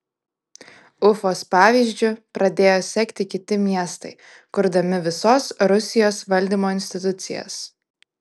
ufos pavyzdžiu pradėjo sekti kiti miestai kurdami visos rusijos valdymo institucijas